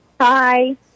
Hi